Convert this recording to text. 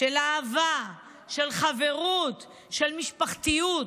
של אהבה, של חברות, של משפחתיות.